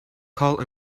call